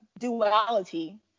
duality